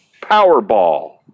Powerball